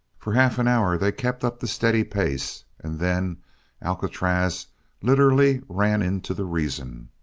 for half an hour they kept up the steady pace and then alcatraz literally ran into the reason.